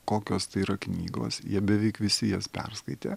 kokios tai yra knygos jie beveik visi jas perskaitė